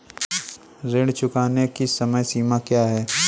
ऋण चुकाने की समय सीमा क्या है?